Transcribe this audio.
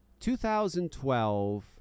2012